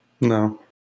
No